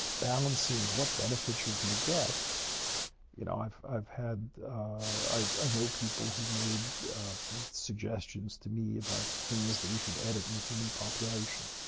balancing what benefits you're going to get you know, i've i've had i know people who made suggestions to me about things that we should edit in the human population,